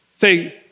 say